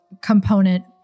component